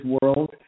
world